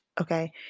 Okay